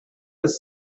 was